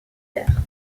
terres